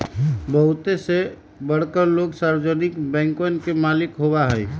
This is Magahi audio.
बहुते से बड़कन लोग सार्वजनिक बैंकवन के मालिक होबा हई